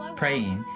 um praying,